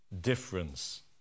difference